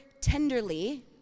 tenderly